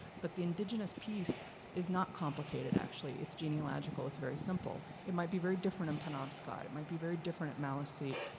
but the indigenous piece is not complicated actually, it's genealogical, it's very simple. it might be very different in penobscot, it might be very different at maliseet,